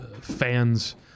fans